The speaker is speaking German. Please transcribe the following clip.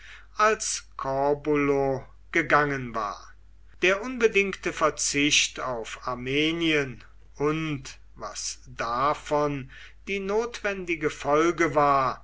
als corbulo gegangen war der unbedingte verzicht auf armenien und was davon die notwendige folge war